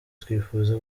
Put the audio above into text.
twifuza